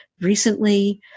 recently